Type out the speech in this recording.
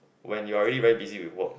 when you are already very busy with work